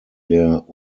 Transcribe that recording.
der